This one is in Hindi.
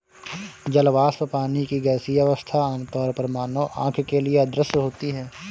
जल वाष्प, पानी की गैसीय अवस्था, आमतौर पर मानव आँख के लिए अदृश्य होती है